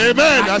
Amen